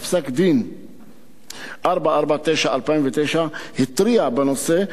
בפסק-דין 449/2009 התריע בנושא,